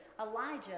Elijah